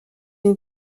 une